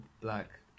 black